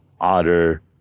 Otter